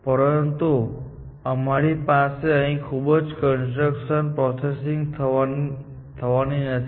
પરંતુ અમારી પાસે અહીં ખૂબ જ કન્સ્ટ્રેન પ્રોસેસીંગ થવાની નથી